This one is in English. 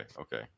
okay